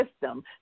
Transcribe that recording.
system